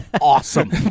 awesome